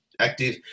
active